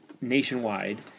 nationwide